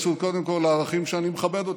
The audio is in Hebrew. קודם כול על ידי התייחסות לערכים שאני מכבד אותם.